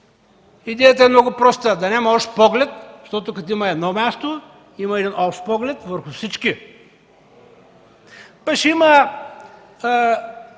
Идеята е много проста – да няма общ поглед, защото, като има едно място, има един общ поглед върху всички. Ще има